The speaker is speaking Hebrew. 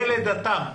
בלידתם,